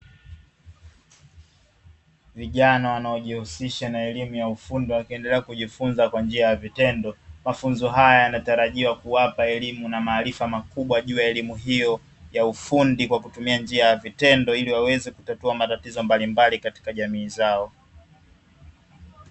Vijana wanaojihusisha na elimu ya ufundi, wakiendelea kujifunza kwa njia ya vitendo. Mafunzo haya yanatarajia kuwapa elimu na maaarifa makubwa juu ya elimu hiyo ya ufundi kwa kutumia njia ya vitendo ili waweze kutatua matatizo mbalimbali katika jamii zao.